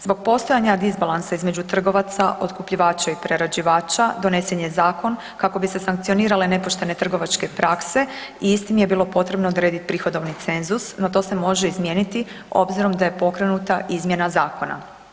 Zbog postojanja disbalansa između trgovaca, otkupljivača i prerađivača donesen je zakon kako bi se sankcionirale nepoštene trgovačke prakse i istim je bilo potrebno odrediti prihodovni cenzus, no to se može izmijeniti obzirom da je pokrenuta izmjena zakona.